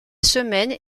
semaine